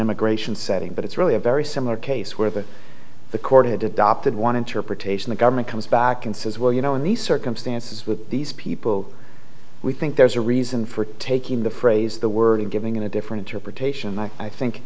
immigration setting but it's really a very similar case where that the court had adopted one interpretation the government comes back and says well you know in these circumstances with these people we think there's a reason for taking the phrase the word and giving it a different interpretation and i think